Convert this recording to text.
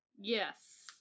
Yes